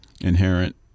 inherent